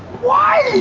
why?